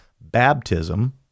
Baptism